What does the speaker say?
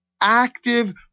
active